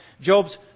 Job's